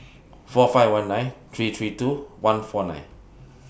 four five one nine three three two one four nine